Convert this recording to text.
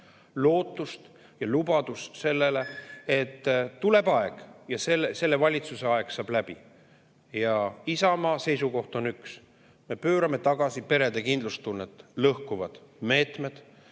Lootus ja lubadus, et tuleb aeg, kui selle valitsuse aeg saab läbi. Isamaa seisukoht on üks: me pöörame tagasi perede kindlustunnet lõhkuvad meetmed